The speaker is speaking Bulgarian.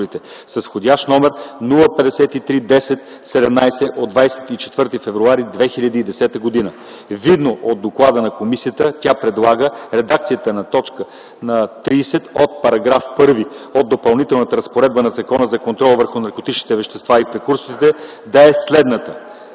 с вх. № 053-10-17 от 24 февруари 2010 г. Видно от доклада на комисията, тя предлага редакцията на т. 30 от § 1 от Допълнителната разпоредба на Закона за контрол върху наркотичните вещества и прекурсорите да е следната: